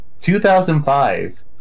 2005